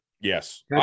Yes